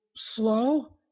Slow